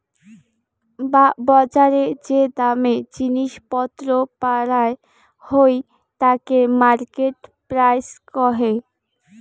বজারে যে দামে জিনিস পত্র পারায় হই তাকে মার্কেট প্রাইস কহে